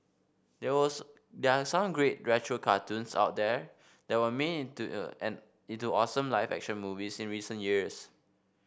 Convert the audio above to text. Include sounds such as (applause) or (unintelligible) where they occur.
there (unintelligible) there are some great retro cartoons out there that were made into a an into awesome live action movies in recent years